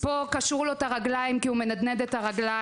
פה קשרו לו את הרגליים כי הוא מנדנד את הרגליים.